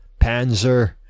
Panzer